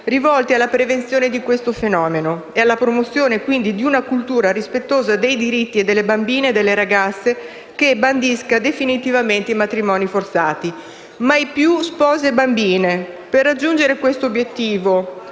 rivolti alla prevenzione di questo fenomeno e alla promozione quindi di una cultura rispettosa dei diritti delle bambine e delle ragazze che bandisca definitivamente i matrimoni forzati. Mai più spose bambine; per raggiungere questo obiettivo,